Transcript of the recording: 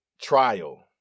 Trial